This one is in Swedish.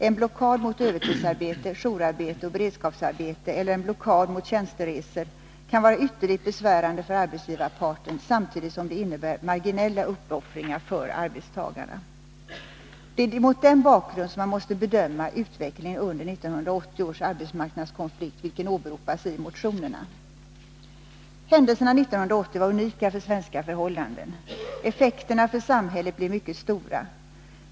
En blockad mot övertidsarbete, jourarbete och beredskapsarbete eller en blockad mot tjänsteresor kan vara ytterligt bevärande för arbetsgivarparten samtidigt som de innebär marginella uppoffringar för arbetstagarna. Det är mot den bakgrunden som man måste bedöma utvecklingen under 1980 års arbetsmarknadskonflikt, vilken åberopas i motionerna. Händelserna 1980 var unika för svenska förhållanden. Effekterna för samhället blev mycket stora.